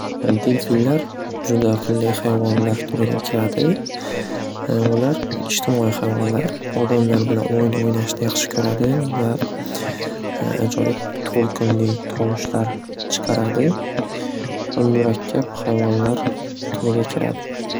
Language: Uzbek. Delfinlar juda aqlli hayvonlar turiga kiradi. Ular ijtimoiy hayvonlar odamlar bilan o‘yin o‘ynashni yaxshi ko‘radi va ajoyib to‘lqinli tovushlar chiqaradi va murakkab hayvonlar turiga kiradi.